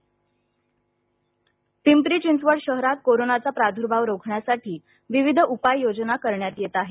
corona PCMC Pimpri Chinchwad शहरात कोरोनाचा प्रादुर्भाव रोखण्यासाठी विविध उपाय योजना करण्यात येत आहे